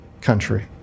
country